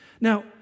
Now